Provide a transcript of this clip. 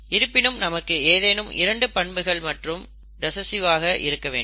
இருப்பினும் நமக்கு ஏதேனும் இரண்டு பண்புகள் மற்றும் ரிசஸ்ஸிவ்வாக இருக்க வேண்டும்